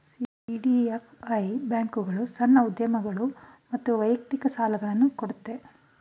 CDFI ಬ್ಯಾಂಕ್ಗಳು ಸಣ್ಣ ಉದ್ಯಮಗಳು ಮತ್ತು ವೈಯಕ್ತಿಕ ಸಾಲುಗಳನ್ನು ಕೊಡುತ್ತೆ